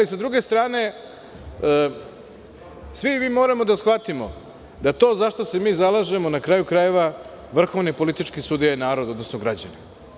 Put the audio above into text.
S druge strane, svi mi moramo da shvatimo da to zašta se mi zalažemo, na kraju krajeva vrhovni političi sudija je narod, odnosno građani.